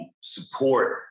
support